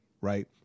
right